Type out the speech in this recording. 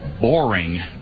boring